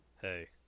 Hey